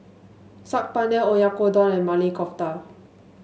Saag Paneer Oyakodon and Maili Kofta